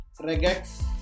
regex